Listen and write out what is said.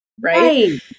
Right